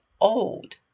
old